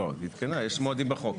לא, עדכנה, יש מועדים בחוק.